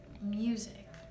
music